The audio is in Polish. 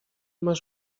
masz